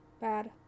Bad